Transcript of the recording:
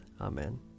Amen